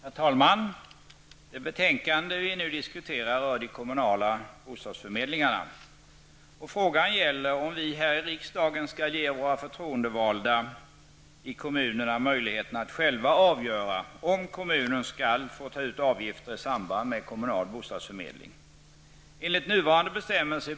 Herr talman! Det betänkande vi nu diskuterar rör de kommunala bostadsförmedlingarna. Frågan gäller om vi här i riksdagen skall ge våra förtroendevalda i kommunerna möjligheten att själva avgöra om kommunen skall få ta ut avgifter i samband med kommunal bostadsförmedling.